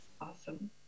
Awesome